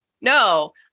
No